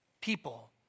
people